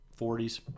40s